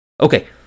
Okay